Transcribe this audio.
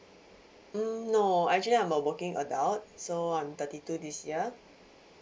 mm no actually I'm a working adult so I'm thirty two this year